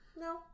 No